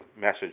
message